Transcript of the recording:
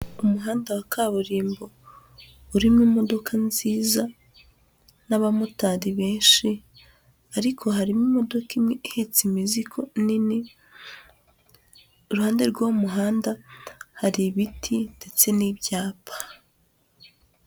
Umuhanda wa kaburimbo, urimo imodoka nziza n'abamotari benshi, ariko harimo imodoka imwe ihetse imizigo nini, iruhande rw'umuhanda hari ibiti ndetse n'ibyapa.